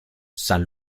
san